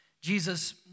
Jesus